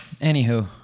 anywho